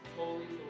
holy